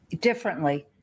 Differently